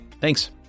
Thanks